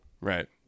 Right